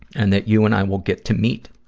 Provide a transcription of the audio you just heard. and that you and i will get to meet,